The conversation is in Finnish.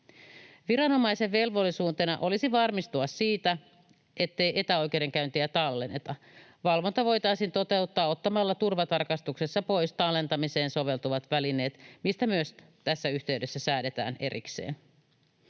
Viranomaisen velvollisuutena olisi varmistua siitä, ettei etäoikeudenkäyntiä tallenneta. Valvonta voitaisiin toteuttaa ottamalla turvatarkastuksessa pois tallentamiseen soveltuvat välineet, mistä myös tässä yhteydessä säädetään erikseen.